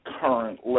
current